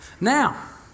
Now